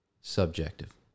subjective